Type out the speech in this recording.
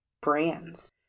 brands